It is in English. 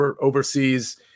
overseas